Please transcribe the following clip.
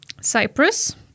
Cyprus